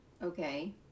okay